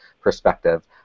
perspective